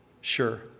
Sure